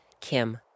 Kim